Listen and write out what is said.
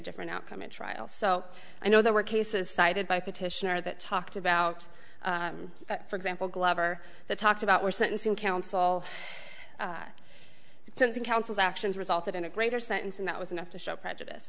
different outcome in trial so i know there were cases cited by petitioner that talked about for example glover that talked about were sentencing counsel something counsel's actions resulted in a greater sentence and that was enough to show prejudice